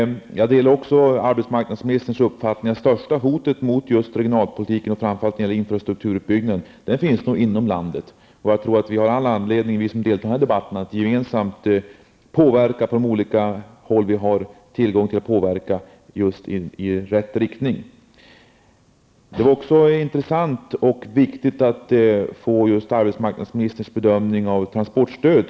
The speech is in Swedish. Jag delar också arbetsmarknadsministerns uppfattning om att det största hotet just mot regionalpolitiken, och framför allt när det gäller infrastrukturutbyggnaden, nog finns inom landet. Och jag tror att vi som deltar i denna debatt har all anledning att på olika håll påverka i rätt riktning. Det var också intressant och viktigt att få just arbetsmarknadsministerns bedömning av transportstödet.